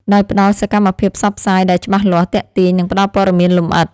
ដោយផ្តល់សកម្មភាពផ្សព្វផ្សាយដែលច្បាស់លាស់ ទាក់ទាញ និងផ្តល់ព័ត៌មានលម្អិត